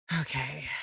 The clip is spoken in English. Okay